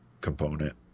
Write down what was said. component